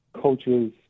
coaches